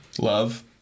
love